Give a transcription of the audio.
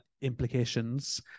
implications